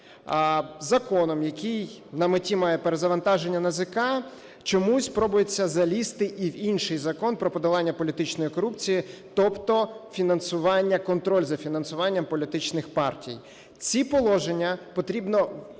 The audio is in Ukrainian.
Законом, який на меті має перезавантаження НАЗК, чомусь пробується залізти і в інший Закон про подолання політичної корупції, тобто фінансування – контроль за фінансуванням політичних партій. Ці положення потрібно